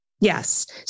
Yes